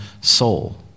soul